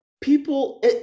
People